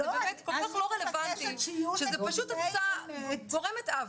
זה כל כך לא רלוונטי שזה באמת, את גורמת עוול.